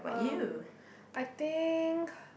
um I think